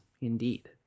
indeed